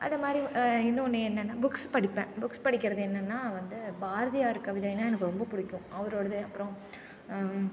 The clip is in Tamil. அதைமாதிரி இன்னொன்று என்னன்னா புக்ஸ் படிப்பேன் புக்ஸ் படிக்கிறது என்னன்னா வந்து பாரதியார் கவிதைனால் எனக்கு ரொம்ப பிடிக்கும் அவரோடது அப்புறம்